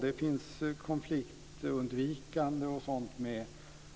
Det finns ett konfliktundvikande m.m. med.